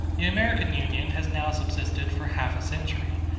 the american union has now subsisted for half a century,